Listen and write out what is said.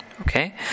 Okay